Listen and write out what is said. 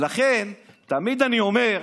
תמיד אני אומר: